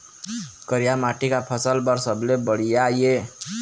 करिया माटी का फसल बर सबले बढ़िया ये?